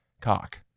cock